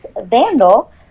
Vandal